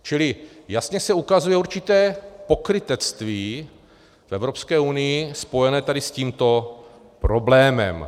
Čili jasně se ukazuje určité pokrytectví v Evropské unii spojené s tímto problémem.